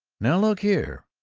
now look here!